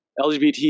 LGBT